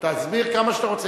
תסביר כמה שאתה רוצה.